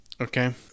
okay